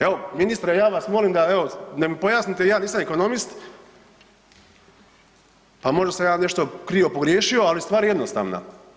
Evo ministre ja vas molim da evo da mi pojasnite, ja nisam ekonomist, a možda sam ja krivo pogriješio ali stvar je jednostavna.